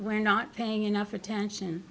we're not paying enough attention